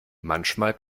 manchmal